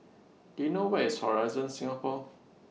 Do YOU know Where IS Horizon Singapore